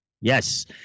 Yes